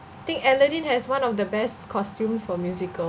think aladdin has one of the best costumes for musical